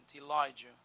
Elijah